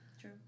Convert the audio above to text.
True